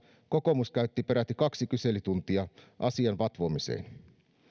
kokoomus käytti peräti kaksi kyselytuntia asian vatvomiseen